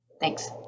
Thanks